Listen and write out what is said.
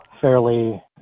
fairly